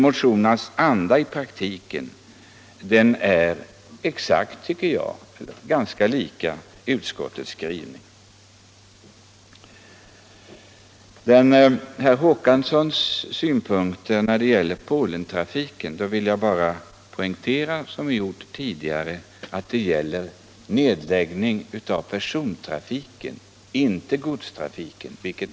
Motionernas anda är emellertid i praktiken ganska lik utskottets skrivning. Beträffande herr Håkanssons i Rönneberga synpunkter på Polentrafiken vill jag poängtera att det gäller nedläggning av persontrafiken, inte godstrafiken.